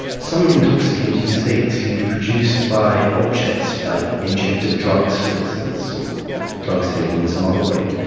some intoxicating states can be produced by objects, like injected drugs for instance, or drugs taken in some other way,